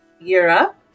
Europe